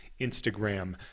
instagram